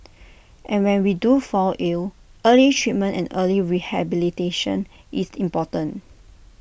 and when we do fall ill early treatment and early rehabilitation is important